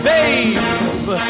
Babe